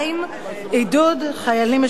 עידוד חיילים משוחררים.